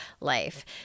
life